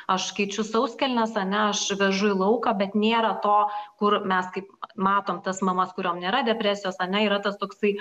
aš keičiu sauskelnes ane aš vežu į lauką bet nėra to kur mes kaip matom tas mamas kuriom nėra depresijos ane yra tas toksai